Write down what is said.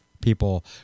people